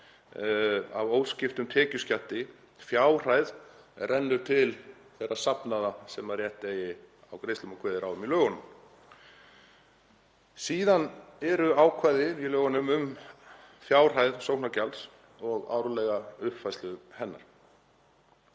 af óskiptum tekjuskatti, fjárhæð er rennur til þeirra safnaða sem rétt eiga á greiðslum og kveðið er á um í lögunum. Síðan eru ákvæði í lögunum um fjárhæð sóknargjalds og árlega uppfærslu hennar.